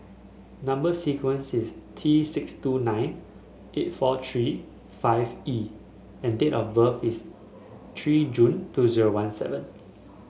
number sequence is T six two nine eight four three five E and date of birth is three June two zero one seven